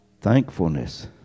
Thankfulness